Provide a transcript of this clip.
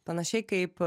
panašiai kaip